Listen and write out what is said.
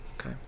okay